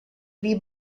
wie